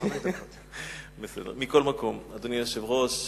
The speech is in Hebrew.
מכל מקום, אדוני היושב-ראש,